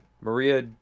Maria